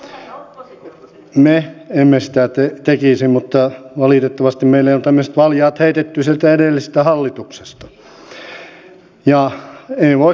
me emme sitä tekisi mutta valitettavasti meille on tämmöiset valjaat heitetty sieltä edellisestä hallituksesta ja ei voi kuin valittaa